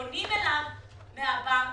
פונים אליו מהבנק,